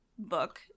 book